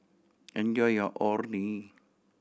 enjoy your Orh Nee